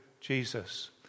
Jesus